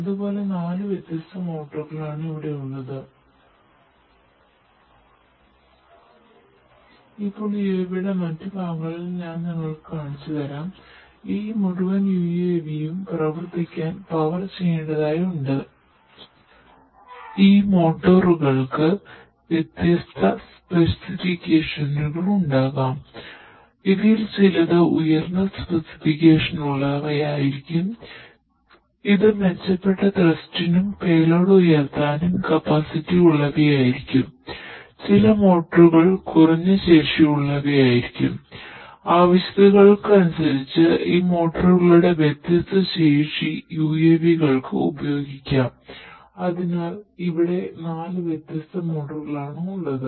ഇതുപോലെ നാല് വ്യത്യസ്ത മോട്ടോറുകൾ ആണ് ഇവിടെ ഉള്ളത്